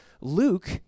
Luke